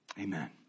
amen